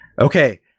Okay